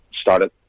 started